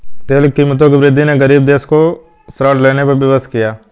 तेल की कीमतों की वृद्धि ने गरीब देशों को ऋण लेने पर विवश किया